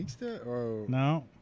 No